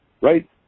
right